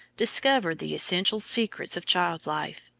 discovered the essential secrets of child-life,